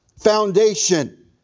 foundation